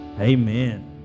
Amen